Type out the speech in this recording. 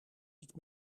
niet